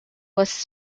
was